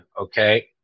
okay